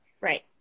right